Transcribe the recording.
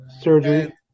surgery